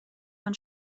von